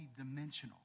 multidimensional